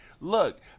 Look